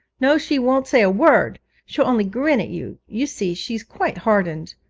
no, she won't say a word she'll only grin at you you see she's quite hardened.